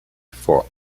for